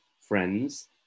friends